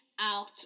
out